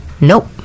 nope